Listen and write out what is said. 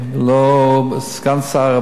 לא סגן שר הבריאות,